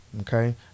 Okay